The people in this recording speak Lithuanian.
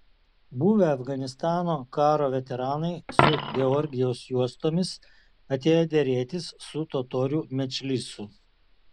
buvę afganistano karo veteranai su georgijaus juostomis atėjo derėtis su totorių medžlisu